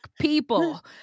people